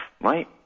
right